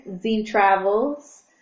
Z-Travels